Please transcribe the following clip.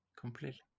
completely